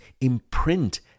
imprint